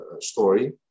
story